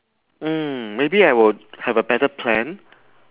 mm maybe I would have a better plan